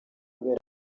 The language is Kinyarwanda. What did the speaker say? kubera